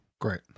Great